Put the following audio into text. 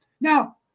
Now